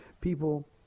people